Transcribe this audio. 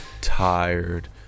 tired